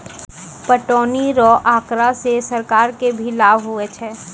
पटौनी रो आँकड़ा से सरकार के भी लाभ हुवै छै